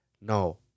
no